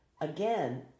Again